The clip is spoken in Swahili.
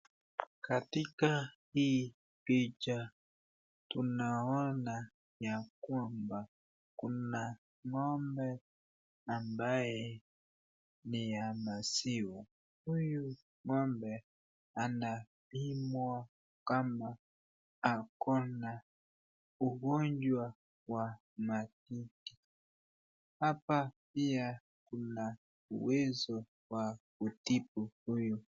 Katika hii picha tunaona ya kwamba kuna ng'ombe ambaye ni ya maziwa huyu ng'ombe anapimwa kama ako na ugonjwa wa matiti hapa pia kuna uwezo wa kutibu huyu.